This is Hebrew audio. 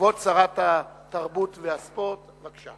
כבוד שרת התרבות והספורט, בבקשה.